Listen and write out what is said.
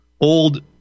old